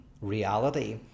reality